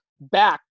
back